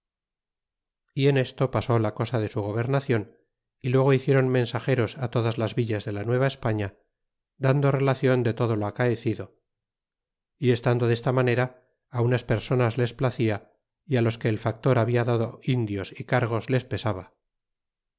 y en esto pasó la cosa de su gobernacion y luego hicieron mensageros todas las villas de la nueva españa dando relacion de todo lo acaecido y estando desta manera unas personas les p'acia y los que el factor habla dado indios y cargos les pesa